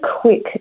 quick